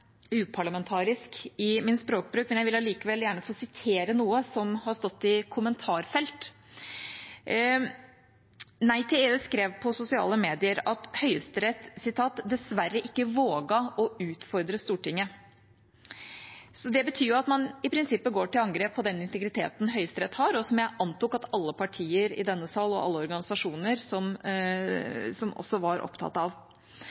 uparlamentarisk i min språkbruk, men jeg vil allikevel gjerne få sitere noe som har stått i kommentarfelt. Nei til EU skrev på sosiale medier at Høyesterett «våger dessverre ikke å utfordre Stortinget». Det betyr at man i prinsippet går til angrep på den integriteten Høyesterett har, og som jeg antok at alle partier i denne sal og alle organisasjoner også var opptatt av.